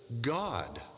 God